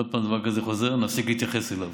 עוד פעם דבר כזה חוזר, נפסיק להתייחס אליו.